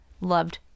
loved